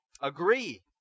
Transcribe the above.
Agree